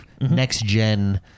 next-gen